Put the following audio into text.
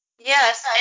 Yes